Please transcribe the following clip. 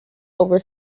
over